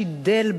שידל,